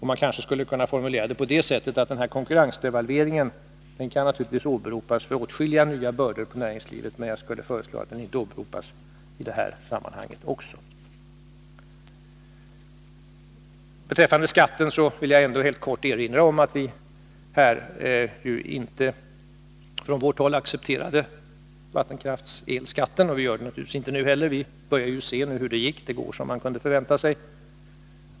Man kanske skulle kunna formulera det på det sättet att den här konkurrensdevalveringen kan åberopas när det gäller åtskilliga nya bördor för näringslivet, men jag föreslår att den inte åberopas i det här sammanhanget också. Jag vill helt kort erinra om att vi från vårt håll inte accepterade vattenkraftselskatten, och vi gör det naturligtvis inte nu heller. Vi börjar ju nu se hur det gick — det går som man kunde förvänta sig.